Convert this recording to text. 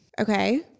Okay